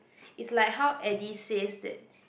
it's like how Eddie says that